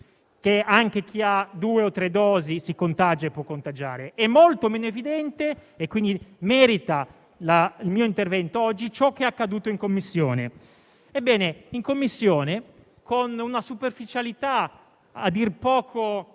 anche chi ha due o tre dosi si contagia e può contagiare. È molto meno evidente - e quindi merita il mio intervento oggi - ciò che è accaduto in Commissione. Ebbene, in Commissione, con una superficialità che a dir poco